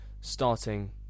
starting